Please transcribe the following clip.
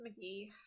McGee